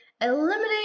eliminate